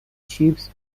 چیپس